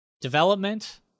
Development